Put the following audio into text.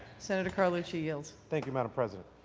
senator carlucci yields. thank you, madam president.